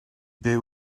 byw